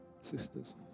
sisters